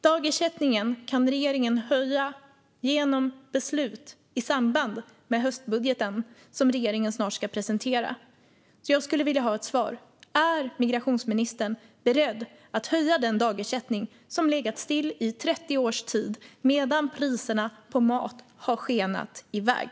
Dagersättningen kan regeringen höja genom beslut i samband med höstbudgeten, som regeringen snart ska presentera. Jag skulle vilja ha ett svar: Är migrationsministern beredd att höja den dagersättning som legat stilla i 30 års tid medan priserna på mat har skenat iväg?